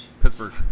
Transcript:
Pittsburgh